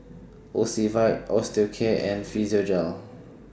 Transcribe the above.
Ocuvite Osteocare and Physiogel